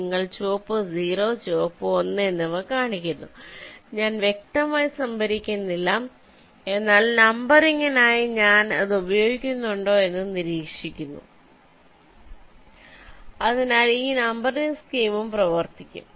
നിങ്ങൾ ചുവപ്പ് 0 ചുവപ്പ് 1 എന്നിവ കാണുന്നു ഞാൻ വ്യക്തമായി സംഭരിക്കുന്നില്ല എന്നാൽ നമ്പറിംഗിനായി ഞാൻ അത് ഉപയോഗിക്കുന്നുണ്ടോ എന്ന് നിരീക്ഷിക്കുന്നു അതിനാൽ ഈ നമ്പറിംഗ് സ്കീമും പ്രവർത്തിക്കും